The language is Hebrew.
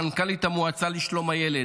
מנכ"לית המועצה לשלום הילד,